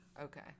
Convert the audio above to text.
Okay